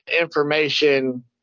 information